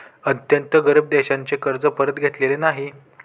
अत्यंत गरीब देशांचे कर्ज परत घेतलेले नाही